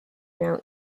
now